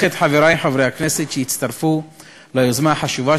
את חברי חברי הכנסת שהצטרפו ליוזמה החשובה,